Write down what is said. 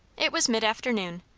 it was mid-afternoon,